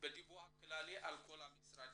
בדיווח הכללי על כל המשרדי.